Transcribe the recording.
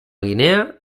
guinea